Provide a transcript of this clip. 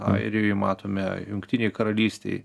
airijoj matome jungtinėj karalystėj